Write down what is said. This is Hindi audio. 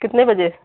कितने बजे